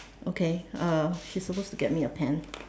okay uh she's supposed to get me a pen